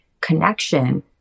Connection